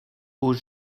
aux